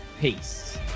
Peace